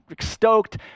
stoked